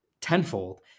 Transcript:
tenfold